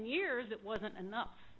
years it wasn't enough